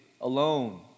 alone